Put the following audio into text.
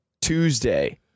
Tuesday